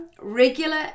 regular